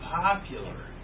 popular